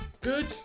Good